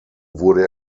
wurde